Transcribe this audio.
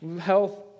health